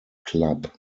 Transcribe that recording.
club